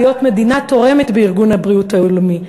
להיות מדינה תורמת בארגון הבריאות העולמי,